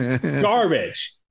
Garbage